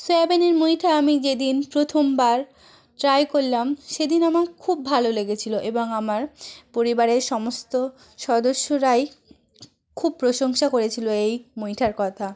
সয়াবিনের মুইঠা আমি যেদিন প্রথমবার ট্রাই করলাম সেদিন আমার খুব ভালো লেগেছিলো এবং আমার পরিবারের সমস্ত সদস্যরাই খুব প্রশংসা করেছিলো এই মুইঠার কথা